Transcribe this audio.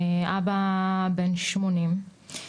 אבא בן 80,